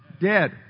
dead